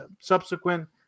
subsequent